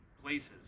places